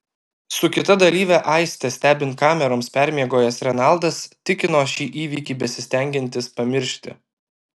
su kita dalyve aiste stebint kameroms permiegojęs renaldas tikino šį įvykį besistengiantis pamiršti